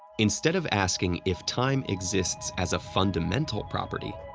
instead of asking if time exists as a fundamental property,